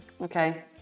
Okay